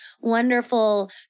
wonderful